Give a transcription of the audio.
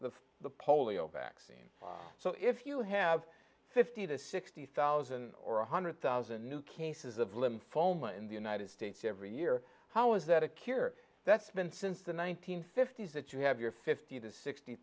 the polio vaccine so if you have fifty to sixty thousand or a hundred thousand new cases of lymphoma in the united states every year how is that a cure that's been since the one nine hundred fifty s that you have your fifty to sixty